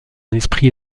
esprit